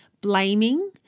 blaming